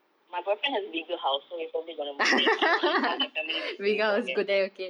my boyfriend have bigger house so we probably gonna move there but I'm not sure how the family would feel about that lah